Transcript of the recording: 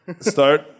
start